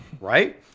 Right